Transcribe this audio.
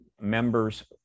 members